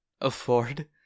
afford